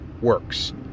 works